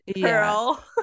girl